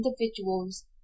individuals